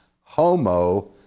homo